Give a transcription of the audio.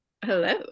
Hello